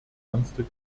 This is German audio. ernste